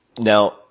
Now